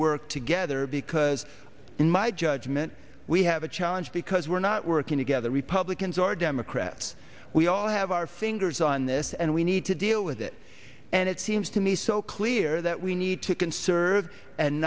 work together because in my judgment we have a challenge because we're not working together republicans or democrats we all have our fingers on this and we need to deal with it and it seems to me so clear that we need to conserve and